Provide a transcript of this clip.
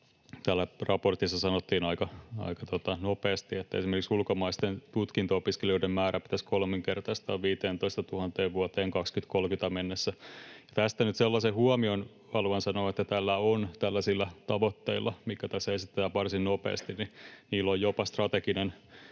Täällä raportissa sanottiin aika nopeasti, että esimerkiksi ulkomaisten tutkinto-opiskelijoiden määrä pitäisi kolminkertaistaa 15 000:een vuoteen 2030 mennessä. Tästä nyt sellaisen huomion haluan sanoa, että tällaisilla tavoitteilla, mitkä tässä esitetään varsin nopeasti, on jopa strateginen